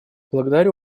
благодарю